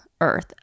earth